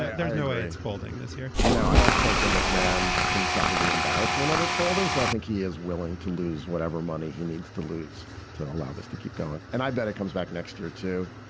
there's no way it's folding this year no, i don't think the mcmann can suffer the embarrassment of it folding. so i think he is willing to lose whatever money he needs to lose to allow this to keep going. and i bet it comes back next year to